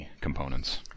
components